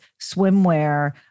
swimwear